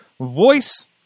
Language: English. voice